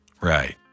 Right